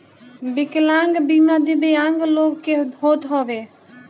विकलांग बीमा दिव्यांग लोग के होत हवे